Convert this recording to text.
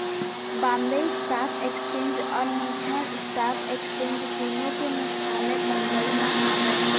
Bombay stock exchange और national stock exchange दुनो के मुख्यालय बंबई म हावय